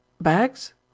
Bags